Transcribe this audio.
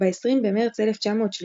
ב-20 במרץ 1933